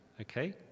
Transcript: okay